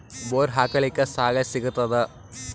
Bore ಹಾಕಲಿಕ್ಕ ಸಾಲ ಸಿಗತದ?